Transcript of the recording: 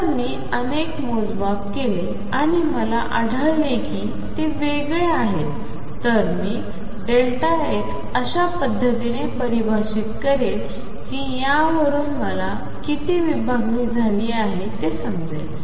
जर मी अनेक मोजमाप केले आणि मला आढळले की ते वेगळे आहेततर मी x अशा पद्धतीने परिभाषित करेल कि यावरून मला किती विभागणी झाली आहे ते समजेल